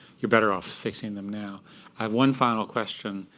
you're better off fixing them now. i have one final question,